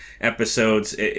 episodes